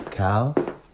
Cal